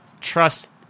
trust